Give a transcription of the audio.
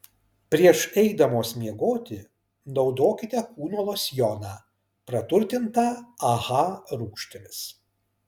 prieš eidamos miegoti naudokite kūno losjoną praturtintą aha rūgštimis